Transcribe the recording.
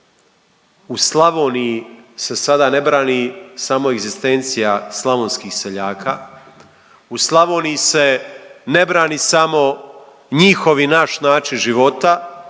U Slavoniji se sada ne brani samo egzistencija slavonskih seljaka. U Slavoniji se ne brani samo njihov i naš način života,